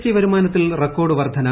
T വരുമാനത്തിൽ record വർദ്ധന